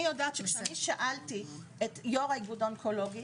אני שאלתי את יו"ר האיגוד האונקולוגי,